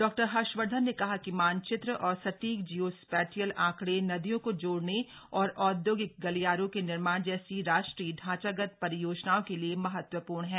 doctor Harshvardhan ने कहा कि मानचित्र और सटीक जियो स्पैटियल आंकड़े नदियों को जोड़ने और औदयोगिक गलियारों के निर्माण जैसी राष्ट्रीय ढांचागत परियोजनाओं के लिए महत्वपूर्ण हैं